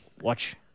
watch